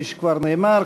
כפי שכבר נאמר,